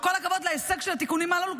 כל הכבוד על ההישג של התיקונים הללו,